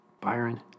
Byron